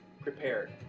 prepared